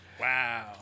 Wow